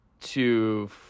Two